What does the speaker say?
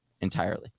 entirely